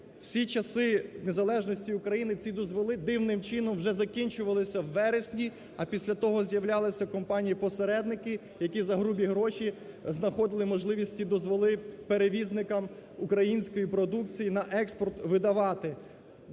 Всі часи незалежності України ці дозволи дивним чином вже закінчувалися у вересні, а після того з'являлися компанії посередники, які за грубі гроші знаходили можливості дозволи перевізникам української продукції на експорт видавати.